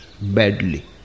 badly